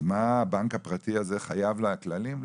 הבנק הפרטי הזה חייב לכללים?